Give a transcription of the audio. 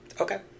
Okay